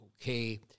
okay